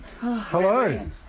Hello